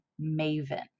maven